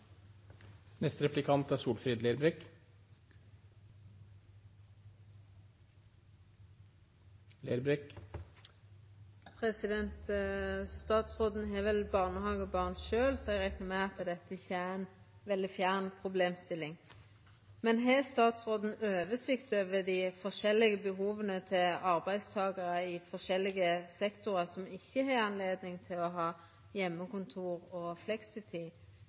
Statsråden har vel barnehagebarn sjølv, så eg reknar med at dette ikkje er ei veldig fjern problemstilling. Men har statsråden oversikt over dei forskjellige behova til arbeidstakarar i sektorar som ikkje har høve til å ha heimekontor og fleksitid?